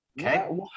Okay